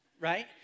right